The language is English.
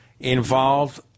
involved